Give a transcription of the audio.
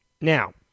Now